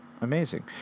Amazing